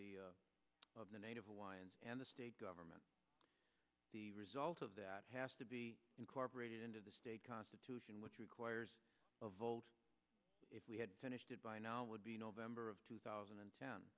the of the native hawaiians and the state government the result of that has to be incorporated into the state constitution which requires of old if we had finished it by now would be november of two thousand and ten